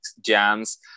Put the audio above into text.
jams